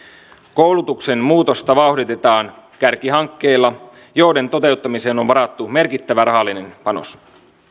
koulutuksen muutosta vauhditetaan kärkihankkeilla joiden toteuttamiseen on varattu merkittävä rahallinen panos